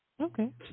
Okay